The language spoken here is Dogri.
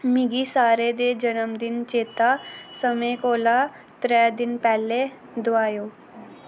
मिगी सारें दे जन्मदिन चेता समें कोला त्रै दिन पैह्लें दोआएओ